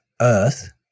Earth